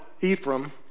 Ephraim